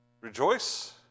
rejoice